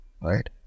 right